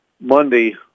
Monday